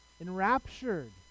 enraptured